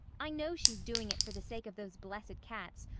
i know she's doing it for the sake of those blessed cats,